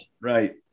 Right